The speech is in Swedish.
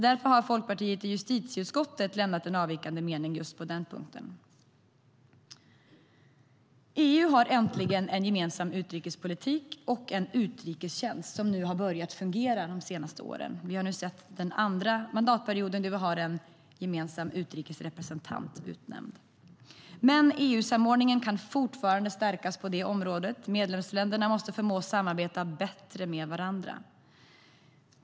Därför har Folkpartiet lämnat avvikande mening på den punkten i justitieutskottet.EU har äntligen en gemensam utrikespolitik och en utrikestjänst som har börjat fungera de senaste åren. Vi har nu en andra mandatperiod med en utnämnd gemensam utrikesrepresentant. Men EU-samordningen kan fortfarande stärkas på det området, och medlemsländerna måste förmås att samarbeta bättre med varandra.